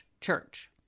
church